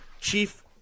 Chief